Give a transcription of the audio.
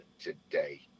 today